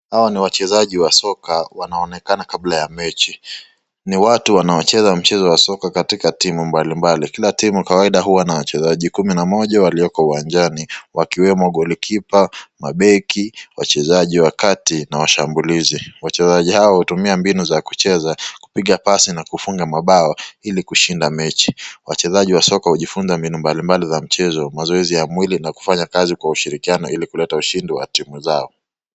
Hawa ni wachezaji wa soka wanaonekana kabla ya mechi. Ni watu wanaocheza mchezo wa soka katika timu mbalimbali. Kila timu kwa kawaida huwa na wachezaji kumi na mmoja huko uwanjani wakiwemo goalkeeper ,mabeki, wachezaji wa kati na washambulizi. Wachezaji hawa hutumia mbinu za kucheza kwa kupiga pasi na kufunga mabao hili kushinda mechi. Wachezaji wa soka ujifunza mbinu mbalimbali za mchezo, mazoezi ya mwili na kufanya kazi kwa ushirikiano hili kuleta ushindi kwa timu zao.